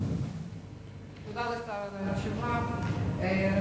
תודה רבה לשר על התשובה.